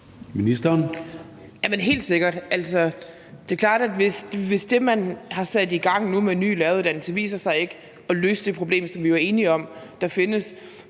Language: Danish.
Helt sikkert. Det er klart, at hvis det, man har sat i gang nu med en ny læreruddannelse, viser sig ikke at løse det problem, som vi jo er enige om findes,